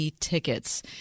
tickets